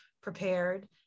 prepared